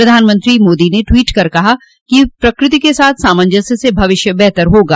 प्रधानमंत्री मोदी ने टवीट कर कहा है कि प्रकृति के साथ सामंजस्य से भविष्य बेहतर होगा